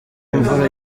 imvura